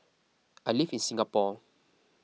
I live in Singapore